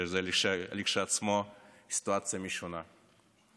זאת סיטואציה משונה כשלעצמה.